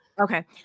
okay